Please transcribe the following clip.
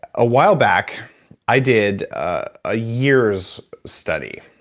a while back i did a year's study.